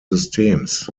systems